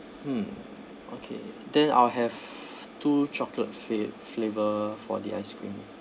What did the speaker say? hmm okay then I'll have two chocolate fla~ flavour for the ice cream